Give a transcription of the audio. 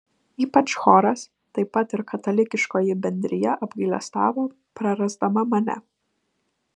ypač choras taip pat ir katalikiškoji bendrija apgailestavo prarasdama mane